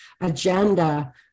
agenda